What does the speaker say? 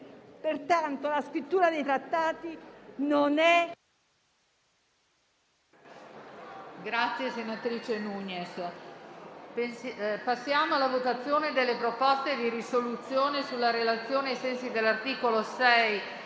Pertanto, la scrittura dei trattati non è...